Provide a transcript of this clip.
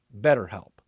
BetterHelp